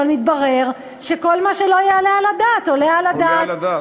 אבל מתברר שכל מה שלא יעלה על הדעת, עולה על הדעת.